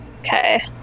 Okay